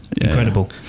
incredible